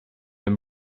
and